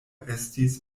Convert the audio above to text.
estis